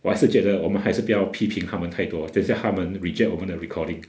我还是觉得我们还是不要批评他们太多等下他们 reject 我们的 recording